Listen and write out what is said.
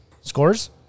Scores